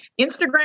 Instagram